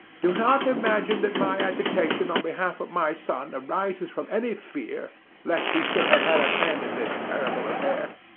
do not imagine that my agitation on behalf of my son arises from any fear lest he should have had a hand in this terrible affair.